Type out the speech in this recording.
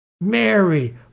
Mary